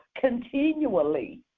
continually